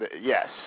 Yes